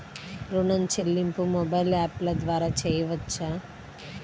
ఋణం చెల్లింపు మొబైల్ యాప్ల ద్వార చేయవచ్చా?